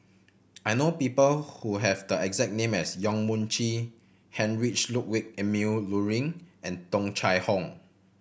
I know people who have the exact name as Yong Mun Chee Heinrich Ludwig Emil Luering and Tung Chye Hong